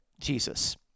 Jesus